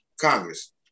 Congress